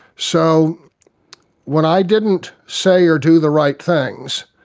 so when i didn't say or do the right things